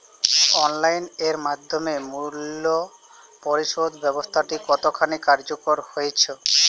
Online এর মাধ্যমে মূল্য পরিশোধ ব্যাবস্থাটি কতখানি কার্যকর হয়েচে?